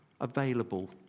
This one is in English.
available